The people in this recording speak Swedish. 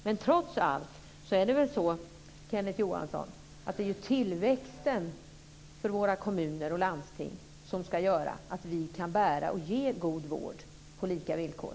Men trots allt är det väl så, Kenneth Johansson, att det ju är tillväxten i våra kommuner och landstingen som ska göra att vi kan ge god vård på lika villkor?